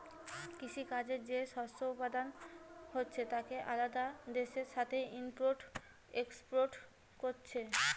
কৃষি কাজে যে শস্য উৎপাদন হচ্ছে তাকে আলাদা দেশের সাথে ইম্পোর্ট এক্সপোর্ট কোরছে